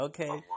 Okay